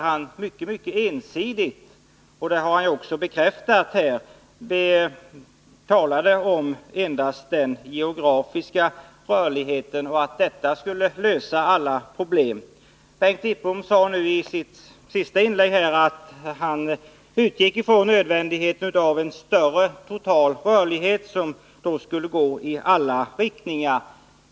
Han talar där ensidigt — och det har han också medgivit här — om den geografiska rörligheten som skulle lösa alla problem. Bengt Wittbom sade i sitt senaste inlägg att han utgick från nödvändigheten av en större total rörlighet som skulle gå i alla riktningar.